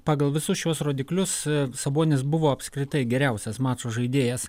pagal visus šiuos rodiklius sabonis buvo apskritai geriausias mačo žaidėjas